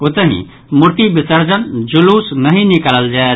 ओतहि मूर्ति विर्सजन जुलूस नहि निकालल जायत